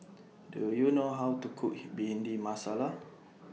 Do YOU know How to Cook Bhindi Masala